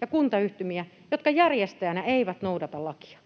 ja kuntayhtymiä, jotka järjestäjänä eivät noudata lakia.